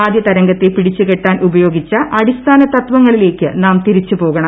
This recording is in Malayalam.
ആദ്യതരംഗത്തെ ഷിട്ടിച്ചുകെട്ടാൻ ഉപയോഗിച്ച അടിസ്ഥാന തത്വങ്ങളിലേക്ക് നാം തിരിച്ചു ്പ്യേകണം